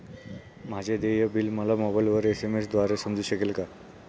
माझे देय बिल मला मोबाइलवर एस.एम.एस द्वारे समजू शकेल का?